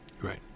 right